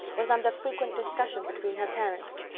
was under frequent discussion between her parents.